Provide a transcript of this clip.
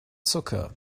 zucker